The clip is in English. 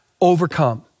overcome